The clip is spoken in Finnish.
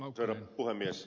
tavoite ed